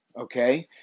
okay